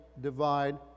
divide